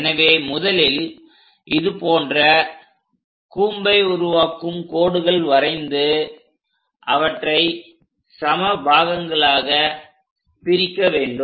எனவே முதலில் இதுபோன்ற கூம்பை உருவாக்கும் கோடுகள் வரைந்து அவற்றை சம பாகங்களாகப் பிரிக்க வேண்டும்